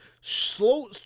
slow